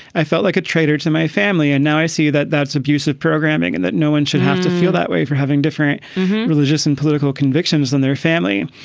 i felt like a traitor to my family. and now i see that that's abusive programming and that no one should have to feel that way for having different religious and political convictions than their family.